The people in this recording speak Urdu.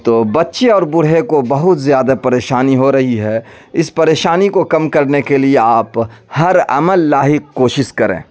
تو بچے اور بوڑھے کو بہت زیادہ پریشانی ہو رہی ہے اس پریشانی کو کم کرنے کے لیے آپ ہر عمل لائق کوشس کریں